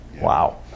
Wow